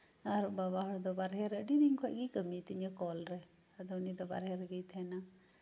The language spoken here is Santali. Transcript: ᱟᱨ ᱵᱟᱵᱟ ᱦᱚᱲ ᱫᱚ ᱵᱟᱨᱦᱮ ᱨᱮ ᱟᱹᱰᱤ ᱫᱤᱱ ᱠᱷᱚᱡ ᱜᱮᱭ ᱠᱟᱹᱢᱤ ᱛᱤᱧᱟᱹ ᱠᱚᱞ ᱨᱮ ᱟᱫᱚ ᱩᱱᱤᱫᱚ ᱵᱟᱨᱦᱮ ᱨᱮᱜᱮᱭ ᱛᱟᱦᱮᱸᱱᱟ